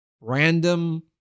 random